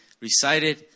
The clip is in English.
recited